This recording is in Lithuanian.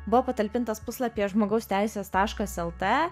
buvo patalpintas puslapyje žmogaus teisės taškas lt